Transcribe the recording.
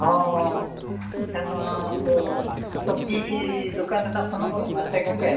ᱦᱮᱸ ᱟᱪᱪᱷᱟ ᱱᱚᱣᱟ ᱫᱚ ᱥᱚᱵᱽᱡᱤ ᱫᱳᱠᱟᱱ ᱨᱮᱱᱟᱜ ᱯᱷᱳᱱ ᱱᱚᱢᱵᱚᱨ ᱠᱟᱱᱟ ᱥᱮ ᱜᱚᱢᱠᱮ